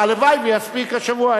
הלוואי שיספיק השבוע.